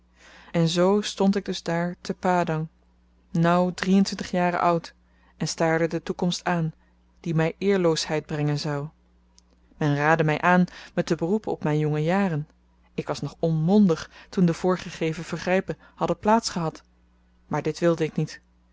en zoo stond ik dus daar te padang nauw drie-en-twintig jaren oud en staarde de toekomst aan die my eerloosheid brengen zou men raadde my aan me te beroepen op myn jonge jaren ik was nog onmondig toen de voorgegeven vergrypen hadden plaats gehad maar dit wilde ik niet